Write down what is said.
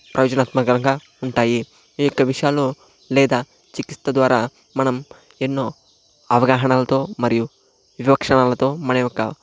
ప్రయోజనాత్మకరంగా ఉంటాయి ఈ యొక్క విషయాలు లేదా చికిత్స ద్వారా మనం ఎన్నో అవగాహనలతో మరియు వివక్షణలతో మనయొక్క